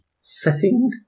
setting